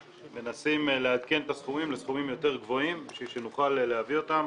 מנסים לעדכן את הסכומים לסכומים יותר גבוהים בשביל שנוכל להביא אותם.